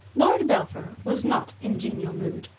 lord belpher was not in genial mood.